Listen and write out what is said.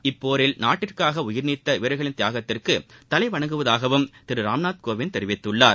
இப்போரில் நாட்டிற்காக உயிர் நீத்த வீரர்களின் தியாகத்திற்கு தலை வணங்குவதாகவும் திரு ராம்நாத் கோவிந்த் தெரிவித்துள்ளார்